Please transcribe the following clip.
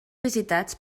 visitats